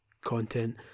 content